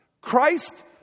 Christ